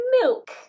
milk